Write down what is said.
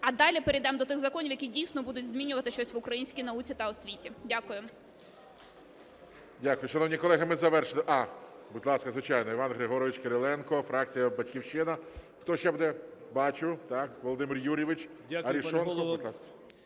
а далі перейдемо до тих законів, які дійсно будуть змінювати щось в українській науці та освіті. Дякую. ГОЛОВУЮЧИЙ. Дякую. Шановні колеги, ми завершили… А, будь ласка, звичайно, Іван Григорович Кириленко, фракція "Батьківщина". Хто ще буде? Бачу, Володимир Юрійович Арешонков.